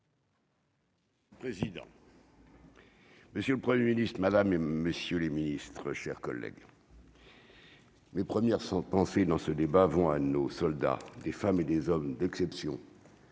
la parole. Président. Monsieur le 1er Ministre Mesdames et messieurs les Ministres, chers collègues mes premières son pamphlet dans ce débat, vont à nos soldats, des femmes et des hommes d'exception.